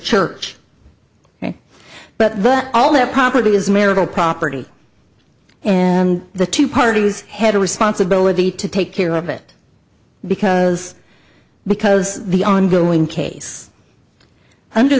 church but but all that property is marital property and the two parties had a responsibility to take care of it because because the ongoing case under